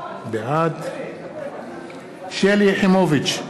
בעד שלי יחימוביץ,